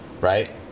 Right